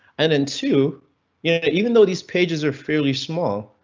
and then two? yeah, even though these pages are fairly small,